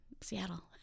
Seattle